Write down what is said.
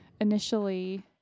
initially